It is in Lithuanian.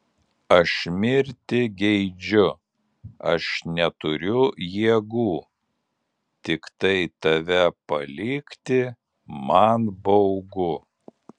aš mirti geidžiu aš neturiu jėgų tiktai tave palikti man baugu